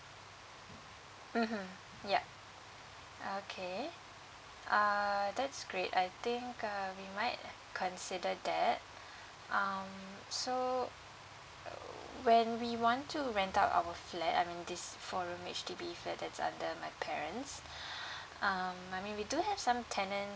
mmhmm yup okay err that's great I think um we might consider that um so err when we want to rent out our flat I mean this four room H_D_B flat that's under my parents um I mean we do have some tenants